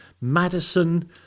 Madison